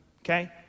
okay